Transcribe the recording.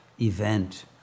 event